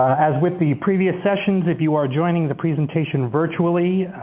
as with the previous sessions, if you are joining the presentation virtually,